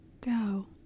go